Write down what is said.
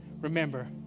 remember